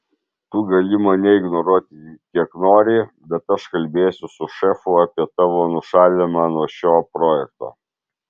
tu gali mane ignoruoti kiek nori bet aš kalbėsiu su šefu apie tavo nušalinimą nuo šio projekto